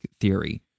theory